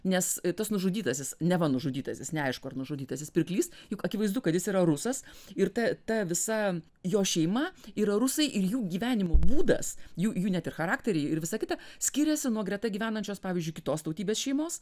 nes tas nužudytasis neva nužudytasis neaišku ar nužudytasis pirklys juk akivaizdu kad jis yra rusas ir ta ta visa jo šeima yra rusai ir jų gyvenimo būdas jų jų net ir charakteriai ir visa kita skyrėsi nuo greta gyvenančios pavyzdžiui kitos tautybės šeimos